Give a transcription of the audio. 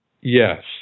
Yes